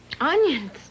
Onions